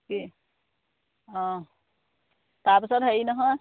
কি অঁ তাৰ পাছত হেৰি নহয়